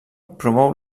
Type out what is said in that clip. promou